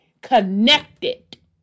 connected